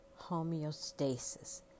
homeostasis